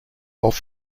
off